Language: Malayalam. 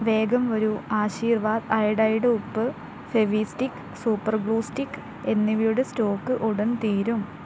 വേഗം വരൂ ആശീർവാദ് അയോഡൈഡ് ഉപ്പ് ഫെവിസ്റ്റിക്ക് സൂപ്പർ ഗ്ലൂ സ്റ്റിക്ക് എന്നിവയുടെ സ്റ്റോക് ഉടൻ തീരും